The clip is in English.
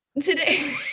today